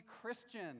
Christian